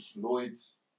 Lloyds